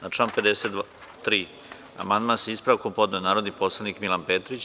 Na član 53. amandman, sa ispravkom, podneo je narodni poslanik Milan Petrić.